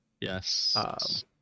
Yes